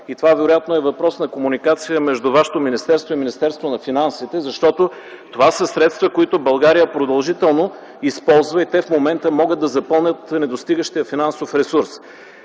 милиона. Вероятно това е въпрос на комуникация между Вашето министерство и Министерството на финансите, защото това са средства, които България продължително използва и в момента те могат да запълнят недостигащия финансов ресурс.